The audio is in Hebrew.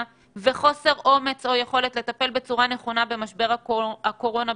וחוסר אומץ או יכולת לטפל בצורה נכונה במשבר הקורונה בכללותו,